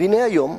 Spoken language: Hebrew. והנה היום,